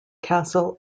castle